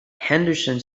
henderson